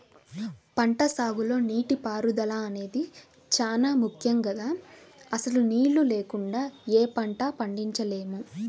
పంటసాగులో నీటిపారుదల అనేది చానా ముక్కెం గదా, అసలు నీళ్ళు లేకుండా యే పంటా పండించలేము